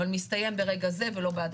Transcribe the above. אבל מסתיים ברגע זה ולא בהדרגתיות.